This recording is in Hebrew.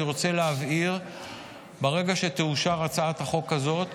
אני רוצה להבהיר שברגע שתאושר הצעת החוק הזאת,